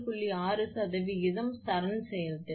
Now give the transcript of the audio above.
6 சரம் செயல்திறன்